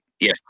Yes